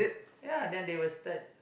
ya then they will start